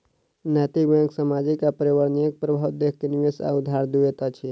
नैतिक बैंक सामाजिक आ पर्यावरणिक प्रभाव देख के निवेश वा उधार दैत अछि